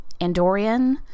andorian